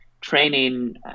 training